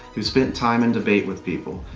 who spent time in debate with people.